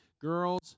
girls